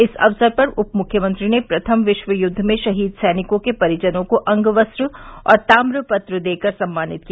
इस अवसर पर उप मुख्यमंत्री ने प्रथम विश्व युद्ध में शहीद सैनिकों के परिजनों को अंगवस्त्रम् और तामपत्र देकर सम्मानित किया